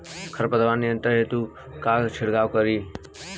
खर पतवार नियंत्रण हेतु का छिड़काव करी?